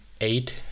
eight